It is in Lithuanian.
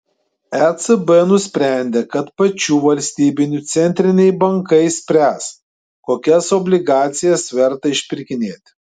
ecb nusprendė kad pačių valstybių centriniai bankai spręs kokias obligacijas verta išpirkinėti